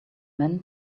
men